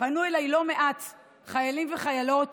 פנו אליי לא מעט חיילים וחיילות